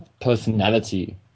personality